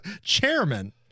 chairman